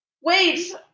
Wait